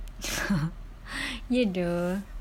ya dah